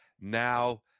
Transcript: now